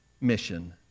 mission